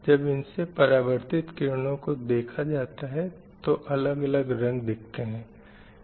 जब इनसे परावर्तित किरणों को देखा जाता है तो अलग अलग रंग दिखते हैं